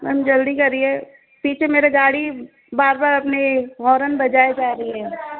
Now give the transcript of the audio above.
हाँ जल्दी करिए पीछे मेरे गाड़ी बार बार अपने हॉर्न बजाए जा रही है